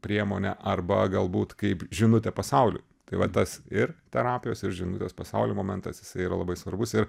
priemonę arba galbūt kaip žinutę pasauliui tai va tas ir terapijos ir žinutės pasaulio momentas jisai yra labai svarbus ir